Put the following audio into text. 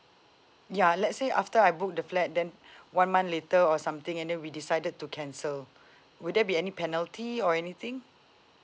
ya let's say after I book the flat then one month later or something and then we decided to cancel will there be any penalty or anything